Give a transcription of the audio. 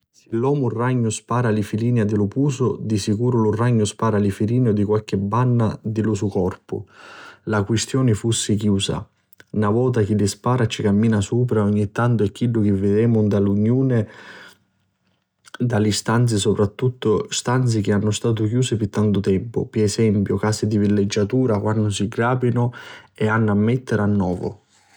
Si l'omu Ragnu spara li filinii di lu pusu, di sicuru lu ragnu spara li filinii di qualchi banna di lu so corpu. La qustioni fussi chiusa. Na vota chi li spara ci camina supra e ogni tantu è chiddu chi videmu nta li gnuni auti di li stanzi soprattuttu stanzi chi hannu statu chiusi pi tantu tempu, pi esempiu, li casi di villiggiatura chi quannu si gràpinu s'hannu a mettiri a novu.